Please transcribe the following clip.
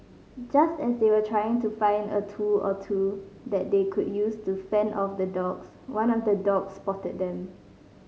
just as they were trying to find a tool or two that they could use to fend off the dogs one of the dogs spotted them